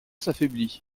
s’affaiblit